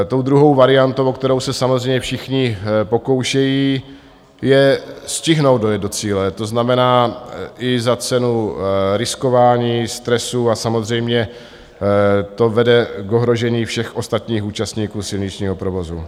Tou druhou variantou, o kterou se samozřejmě všichni pokoušejí, je stihnout dojet do cíle, to znamená i za cenu riskování, stresu a samozřejmě to vede k ohrožení všech ostatních účastníků silničního provozu.